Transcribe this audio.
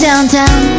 Downtown